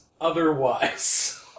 otherwise